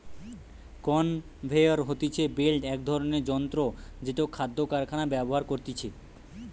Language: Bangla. কনভেয়র হতিছে বেল্ট এক ধরণের যন্ত্র জেটো খাদ্য কারখানায় ব্যবহার করতিছে